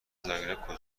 زاگرب